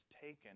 taken